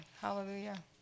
hallelujah